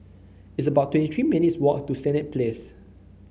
it's about twenty three minutes' walk to Senett Place